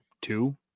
two